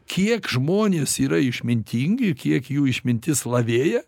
kiek žmonės yra išmintingi kiek jų išmintis lavėja